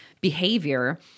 behavior